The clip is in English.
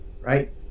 right